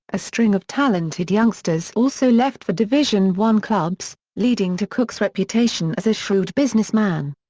a string of talented youngsters also left for division one clubs, leading to cooke's reputation as a shrewd businessman.